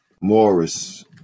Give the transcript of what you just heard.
Morris